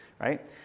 right